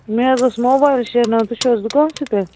مےٚ حظ اوس موبِایِل شیرناوُن تُہۍ چھِو حظ دُکانسٕے پٮ۪ٹھ